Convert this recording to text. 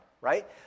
right